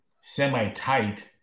semi-tight